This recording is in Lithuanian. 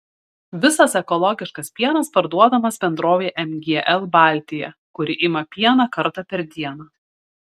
visas ekologiškas pienas parduodamas bendrovei mgl baltija kuri ima pieną kartą per dieną